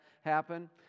happen